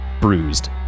bruised